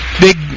big